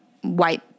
white